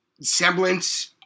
semblance